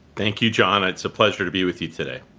thank you, john. it's a pleasure to be with you today.